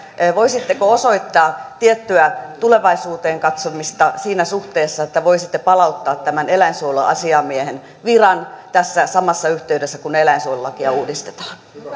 voisitteko osoittaa tiettyä tulevaisuuteen katsomista siinä suhteessa että voisitte palauttaa eläinsuojeluasiamiehen viran samassa yhteydessä kun eläinsuojelulakia uudistetaan